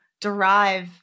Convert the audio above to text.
derive